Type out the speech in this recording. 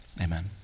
amen